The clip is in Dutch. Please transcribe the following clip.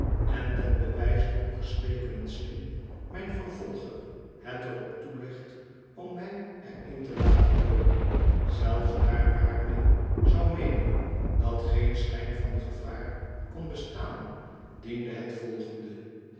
en ten bewijze hoe geslepen en slim mijn vervolger het er op toelegt om mij er in te laten loopen zelfs daar waar men zou meenen dat geen schijn van gevaar kon be staan diene het volgende